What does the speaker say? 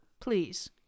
Please